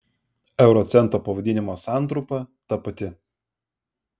euro cento pavadinimo santrumpa ta pati